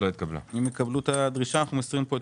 מי נמנע?